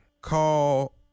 call